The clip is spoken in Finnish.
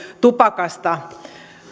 tupakasta